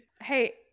Hey